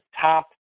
top